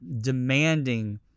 demanding